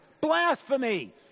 blasphemy